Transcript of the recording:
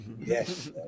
Yes